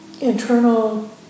internal